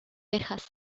texas